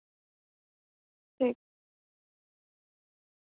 ठीक ऐ